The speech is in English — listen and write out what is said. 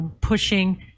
pushing